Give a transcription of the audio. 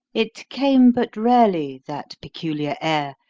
it came but rarely, that peculiar air,